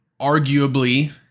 arguably